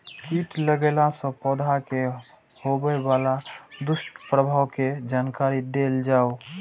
कीट लगेला से पौधा के होबे वाला दुष्प्रभाव के जानकारी देल जाऊ?